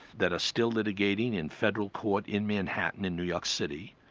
that are still litigating in federal court in manhattan in new york city,